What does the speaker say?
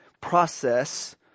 process